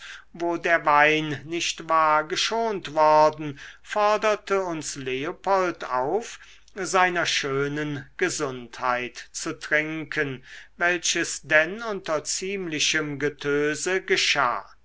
wo der wein nicht war geschont worden forderte uns leopold auf seiner schönen gesundheit zu trinken welches denn unter ziemlichem getöse geschah